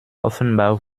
offenbar